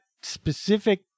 specific